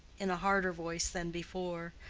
in a harder voice than before,